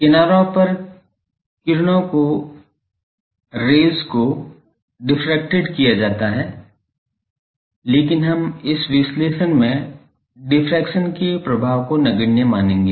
किनारों पर किरणों रेज़ को डिफ्रेक्टेड किया जाता है लेकिन हम इस विश्लेषण में डिफ्रैक्शन के प्रभाव को नगण्य मानेंगे